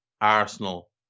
Arsenal